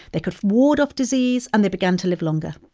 they could ward off disease, and they began to live longer